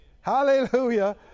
Hallelujah